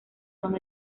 son